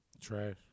Trash